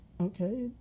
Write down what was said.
Okay